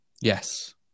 Yes